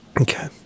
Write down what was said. Okay